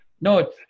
No